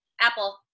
Apple